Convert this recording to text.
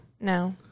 No